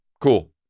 cool